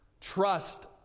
trust